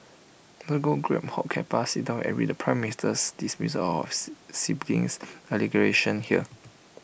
no go grab hot cuppa sit down and read the prime Minister's dismissal his siblings allegations here